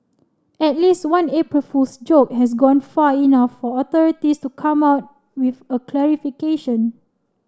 at least one April Fool's joke has gone far enough for authorities to come out with a clarification